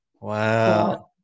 wow